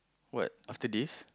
what after this